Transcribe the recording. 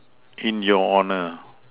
in your honour